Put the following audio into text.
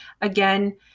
Again